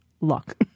Luck